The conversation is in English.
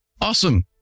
Awesome